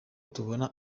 tubona